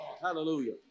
Hallelujah